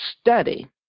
study